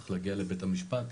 צריך להגיע בית המשפט,